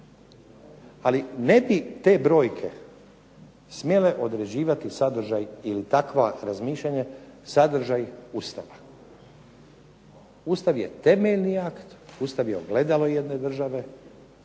Ali ne bi te brojke smjele određivati sadržaj ili takva razmišljanja, sadržaj Ustava. Ustav je temeljni akt, Ustav je ogledalo jedne države,